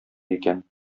икән